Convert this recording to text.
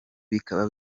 bikaba